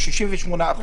68%,